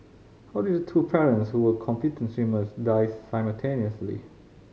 how did the two parents who were competent swimmers die simultaneously